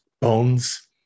Bones